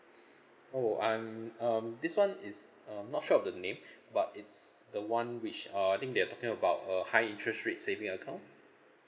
oh I'm um this one is um not sure of the name but it's the one which uh I think they're talking about a high interest rate saving account